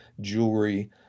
jewelry